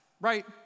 right